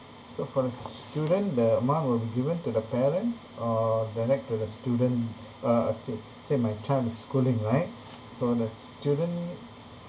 so for the student the amount will be given to the parents or direct to the student uh as in say my child is schooling right so the student